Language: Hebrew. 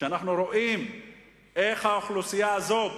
ואנחנו רואים איך האוכלוסייה הזאת